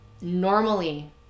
normally